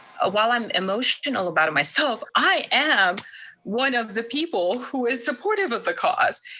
ah while i'm emotional about it myself, i am one of the people who is supportive of the cause.